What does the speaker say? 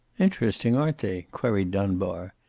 interesting, aren't they? queried dunbar.